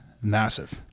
massive